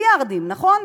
מיליארדים, נכון?